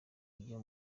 iyo